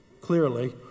clearly